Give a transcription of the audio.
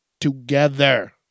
together